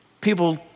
people